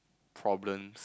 problems